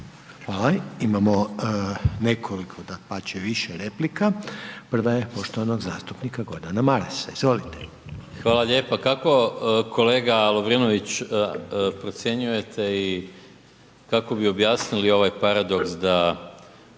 Hvala. Imamo nekoliko dapače, više replika. Prva je poštovanog zastupnika Gordana Marasa, izvolite. **Maras, Gordan (SDP)** Hvala lijepa. Kako kolega Lovrinović, procjenjujete i kako bi objasnili ovaj paradoks da